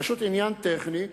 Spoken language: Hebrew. זה פשוט עניין טכני.